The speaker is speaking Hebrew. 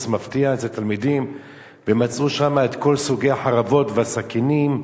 מפתיע אצל תלמידים ומצאו שם את כל סוגי החרבות והסכינים.